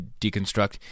Deconstruct